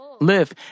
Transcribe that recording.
live